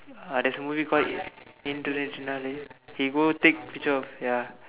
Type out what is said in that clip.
uh there's a movie called Indru Netru Naalai he go take picture of ya